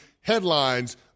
headlines